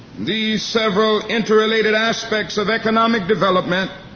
these several interrelated aspects of economic development,